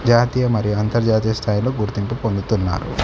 జాతీయ మరియు అంతర్జాతీయ స్థాయిలో గుర్తింపు పొందుతున్నారు